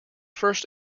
first